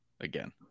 again